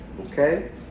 okay